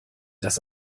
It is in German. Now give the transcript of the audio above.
dass